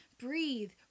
Breathe